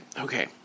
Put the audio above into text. Okay